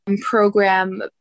program